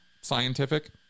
scientific